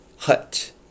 hut